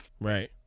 right